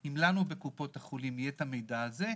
אם לנו בקופות החולים יהיה את המידע הזה,